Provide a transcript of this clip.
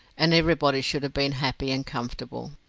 and everybody should have been happy and comfortable.